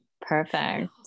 Perfect